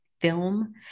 film